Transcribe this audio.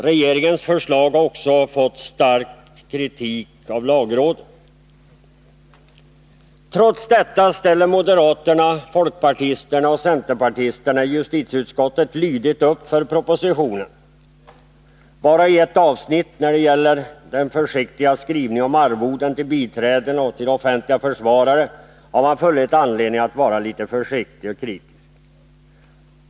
Regeringens förslag har också fått stark kritik av lagrådet. Trots detta ställer moderaterna, folkpartisterna och centerpartisterna i justitieutskottet lydigt upp för propositionen. Barai ett avsnitt, när det gäller den försiktiga skrivningen om arvoden till biträden och offentliga försvarare, har de funnit anledning att vara litet kritiska.